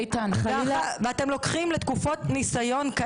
אי אפשר לאסוף עובד ללא לשכה פרטית.